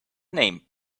name